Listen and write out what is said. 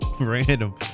random